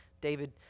David